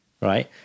right